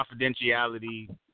confidentiality